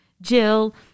Jill